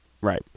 Right